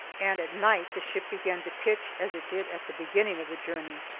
and at night the ship began to pitch as it did at the beginning of the journey.